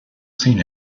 seen